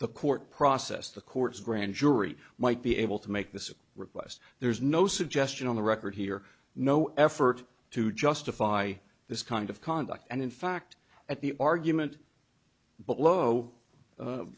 the court process the courts grand jury might be able to make this request there's no suggestion on the record here no effort to justify this kind of conduct and in fact at the argument below